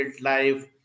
life